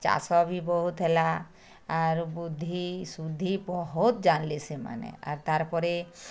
ଚାଷ ବି ବହୁତ ହେଲା ଆରୁ ବୁଦ୍ଧିସୁଦ୍ଧି ବହୁତ ଜାନିଲେ ସେମାନେ ଆର୍ ତା'ର୍ ପରେ